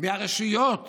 מהרשויות